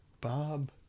Bob